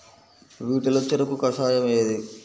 వీటిలో చెరకు కషాయం ఏది?